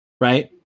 right